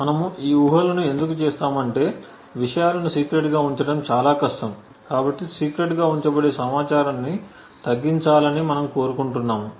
మనము ఈ ఊహలను ఎందుకు చేస్తామంటే విషయాలను సీక్రెట్ గా ఉంచడం చాలా కష్టం కాబట్టి రహస్యంగా ఉంచబడే సమాచారాన్ని తగ్గించాలని మనము కోరుకుంటున్నాము